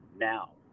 now